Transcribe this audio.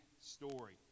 story